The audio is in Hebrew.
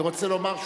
אני קובע